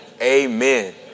amen